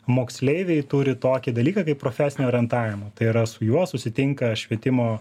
moksleiviai turi tokį dalyką kaip profesinį orientavimą tai yra su juo susitinka švietimo